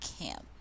camp